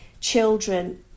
children